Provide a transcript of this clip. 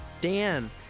Dan